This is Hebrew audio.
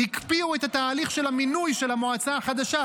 הקפיאו את תהליך המינוי של המועצה החדשה.